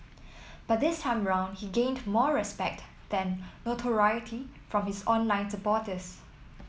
but this time round he gained more respect than notoriety from his online supporters